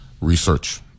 research